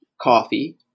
coffee